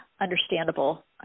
understandable